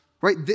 right